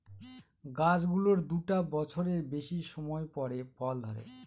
গাছ গুলোর দুটা বছরের বেশি সময় পরে ফল ধরে